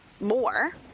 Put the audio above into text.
more